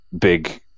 big